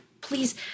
please